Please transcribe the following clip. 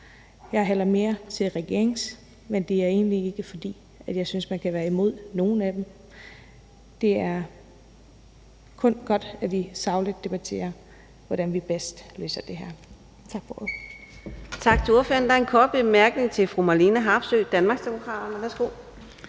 Jeg hælder mere til regeringens, men det er egentlig ikke, fordi jeg synes, man kan være imod nogen af dem. Det er kun godt, at vi sagligt debatterer, hvordan vi bedst løser det her. Tak for ordet.